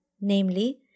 namely